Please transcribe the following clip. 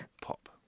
Pop